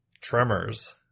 tremors